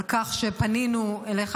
על כך שפנינו אליך,